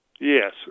yes